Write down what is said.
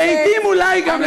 לעתים אולי גם לשר,